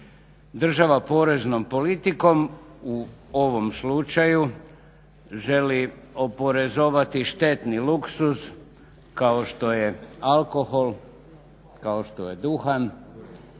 Država poreznom politikom u ovom slučaju želi oporezovati štetni luksuz kao što je alkohol, kao što je duhan.